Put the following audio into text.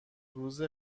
روز